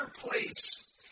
place